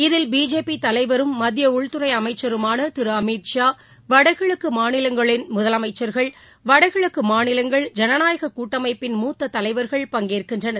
இதில் பிஜேபி தலைவரும் மத்திய உள்துறை அமைச்சருமான திரு அமித் ஷா வடகிழக்கு மாநிலங்களின் முதலமைச்சர்கள் வடகிழக்கு மாநிலங்கள் ஜனநாயக கூட்டமைப்பின் மூத்த தலைவர்கள் பங்கேற்கின்றனர்